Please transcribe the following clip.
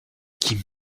qui